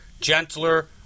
gentler